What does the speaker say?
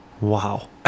Wow